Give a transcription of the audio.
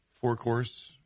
four-course